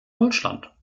deutschland